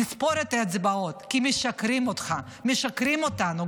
תספור את האצבעות, כי משקרים לך, משקרים לנו.